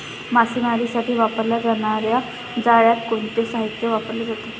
मासेमारीसाठी वापरल्या जाणार्या जाळ्यात कोणते साहित्य वापरले जाते?